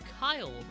Kyle